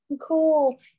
Cool